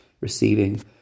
receiving